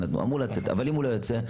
אבל אם הוא לא יוצא?